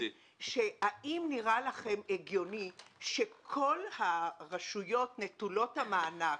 האם נראה לכם הגיוני שכל הרשויות נטולות המענק,